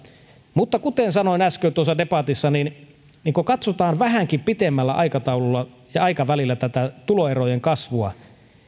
mutta kuten sanoin äsken tuossa debatissa niin niin kun katsotaan vähänkin pitemmällä aikavälillä tätä tuloerojen kasvua